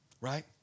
right